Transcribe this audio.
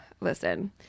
Listen